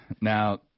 Now